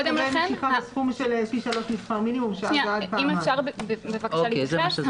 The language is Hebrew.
אם אפשר בבקשה להתייחס,